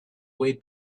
way